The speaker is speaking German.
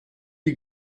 die